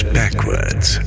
backwards